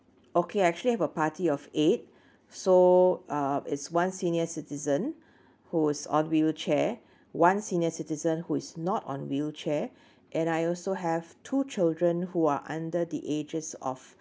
okay actually I have a party of eight so uh it's one senior citizen who is on wheelchair one senior citizen who is not on wheelchair and I also have two children who are under the ages of